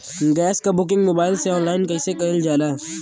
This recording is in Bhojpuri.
गैस क बुकिंग मोबाइल से ऑनलाइन कईसे कईल जाला?